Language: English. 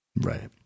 Right